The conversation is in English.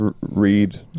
read